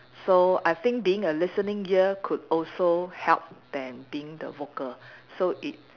so I think being a listening ear could also help them being the vocal so it